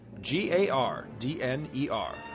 g-a-r-d-n-e-r